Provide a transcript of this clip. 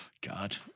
god